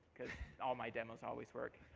all my demos always work.